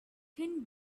thin